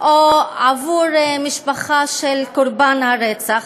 או עבור משפחה של קורבן הרצח.